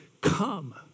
come